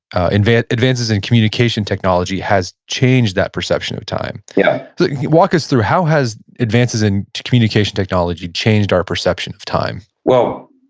advances advances in communication technology has changed the perception of time yeah walk us through, how has advances in communication technology changed our perception of time? well,